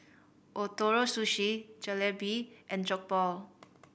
Ootoro Sushi Jalebi and Jokbal